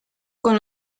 con